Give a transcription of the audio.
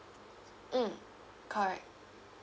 mm correct